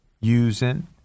using